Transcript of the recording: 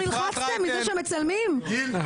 פתאום נלחצתם מזה שמצלמים אתכם?